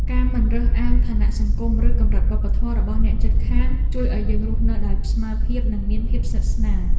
ការមិនរើសអើងឋានៈសង្គមឬកម្រិតវប្បធម៌របស់អ្នកជិតខាងជួយឱ្យយើងរស់នៅដោយស្មើភាពនិងមានភាពស្និទ្ធស្នាល។